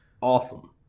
awesome